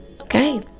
Okay